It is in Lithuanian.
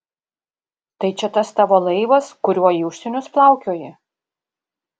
tai čia tas tavo laivas kuriuo į užsienius plaukioji